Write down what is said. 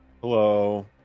Hello